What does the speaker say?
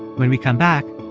when we come back,